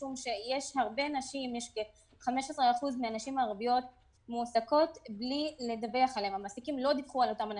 משום שכ-15% מהנשים הערביות מועסקות בלי שהמעסיקים מדווחים עליהן.